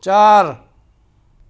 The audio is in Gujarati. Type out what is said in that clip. ચાર